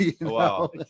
Wow